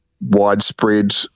widespread